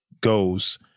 goes